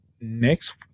next